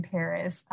Paris